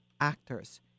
actors